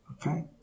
Okay